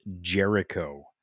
Jericho